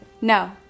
No